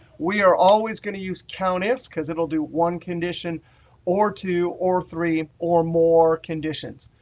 we are always going to use countifs because it'll do one condition or two or three or more conditions.